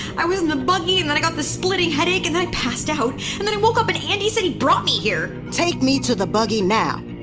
i was in the buggy and then i got this splitting headache and then i passed out, and then i woke up and andi said he brought me here take me to the buggy, now!